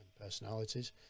personalities